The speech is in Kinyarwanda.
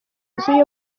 z’uyu